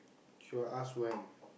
she will ask when